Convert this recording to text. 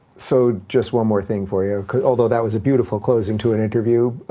so just one more thing for you, although, that was a beautiful closing to an interview.